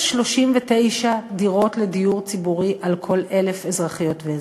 0.039 דירות דיור ציבורי על כל 1,000 אזרחיות ואזרחים.